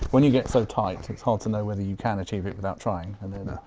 when you get so tight, it's hard to know whether you can achieve it without trying, and then.